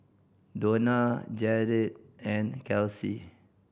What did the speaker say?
Dona Jaret and Kelsi